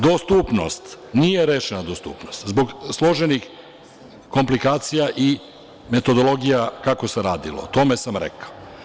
Dostupnost, nije rešena dostupnost, zbog složenih komplikacija i metodologija kako se radilo i to sam rekao.